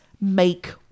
make